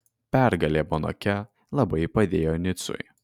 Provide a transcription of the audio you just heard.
pergalė monake labai padėjo nicui